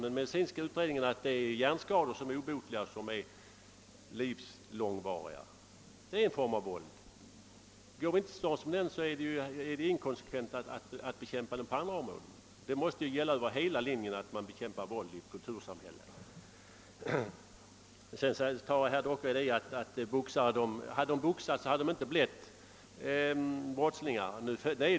Den medicinska utredning som gjorts visar ju också att livslånga, obotliga hjärnskador följer av sådant våld. Och om vi inte går till storms mot en form av våld är det inkonsekvent att bekämpa våldet när det uppträder i andra former. I ett kultursamhälle måste våldet bekämpas över hela linjen. Sedan sade herr Dockered att om brottslingarna hade boxats, så hade de aldrig blivit lagbrytare.